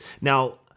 Now